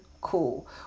cool